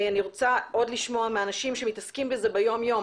ולכן ברצוני לשמוע אנשים שמתעסקים בנושא יום-יום.